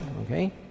okay